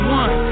one